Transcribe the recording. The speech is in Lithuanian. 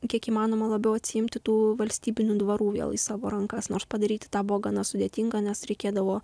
kiek įmanoma labiau atsiimti tų valstybinių dvarų vėl į savo rankas nors padaryti tą buvo gana sudėtinga nes reikėdavo